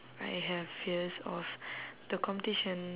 I have fears of the competition